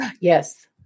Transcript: Yes